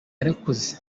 yarakoze